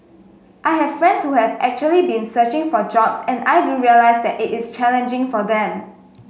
I have friends who have actually been searching for jobs and I do realize that it is challenging for them